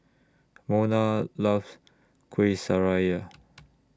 Mona loves Kueh Syara